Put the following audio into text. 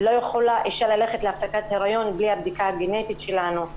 לא יכולה אישה ללכת להפסקת היריון בלי הבדיקה הגנטית שלנו.